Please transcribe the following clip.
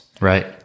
Right